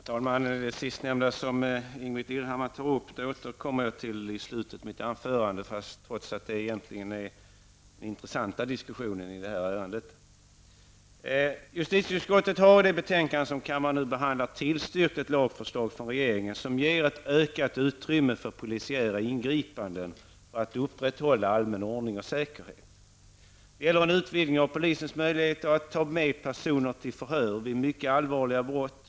Herr talman! Det sista som Ingbritt Irhammar berörde återkommer jag till i slutet av mitt anförande, trots att den diskussionen egentligen är den intressanta i detta ärende. Justitieutskottet har i det betänkande som nu behandlas tillstyrkt ett lagförslag från regeringen som ger ökat utrymme för polisiära ingripanden för att upprätthålla allmän ordning och säkerhet. Det gäller en utvidgning av polisens möjligheter att ta med personer till förhör vid mycket allvarliga brott.